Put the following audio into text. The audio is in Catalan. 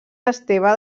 esteve